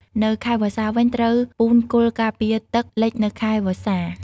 នៅខែវស្សាវិញ ត្រូវពូនគល់ការពារទឹកលិចនៅខែវស្សា។